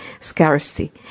scarcity